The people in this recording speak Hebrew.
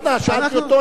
שאלתי אותו אם הוא מתנה.